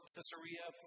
Caesarea